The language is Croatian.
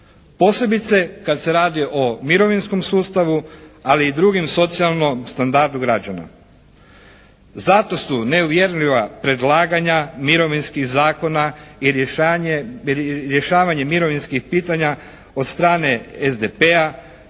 posebice kad se radi o mirovinskom sustavu ali i drugom socijalnom standardu građana. Zato su neuvjerljiva predlaganja mirovinskih zakona i rješavanje mirovinskih pitanja od strane SDP-a